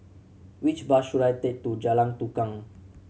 which bus should I take to Jalan Tukang